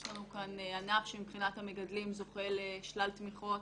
יש לנו כאן ענף שמבחינת המגדלים זוכה לשלל תמיכות.